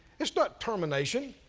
it's not termination,